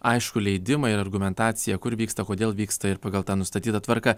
aiškų leidimą ir argumentaciją kur vyksta kodėl vyksta ir pagal tą nustatytą tvarką